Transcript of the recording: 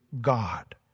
God